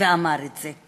ואמר את זה.